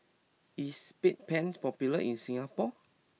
is Bedpans popular in Singapore